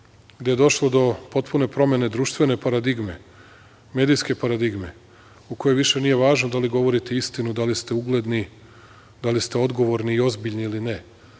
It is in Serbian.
gde je došlo do potpune promene društvene paradigme, medijske paradigme, u kojoj više nije važno da li govorite istinu, da li ste ugledni, da li ste odgovorni ili ozbiljni ili ne,